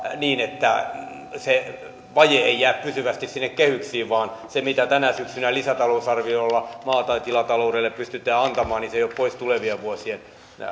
niin että se vaje ei jää pysyvästi sinne kehyksiin ja se mitä tänä syksynä lisätalousarviolla maatilataloudelle pystytte antamaan ei ole pois tulevien vuosien